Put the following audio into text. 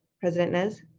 president nez?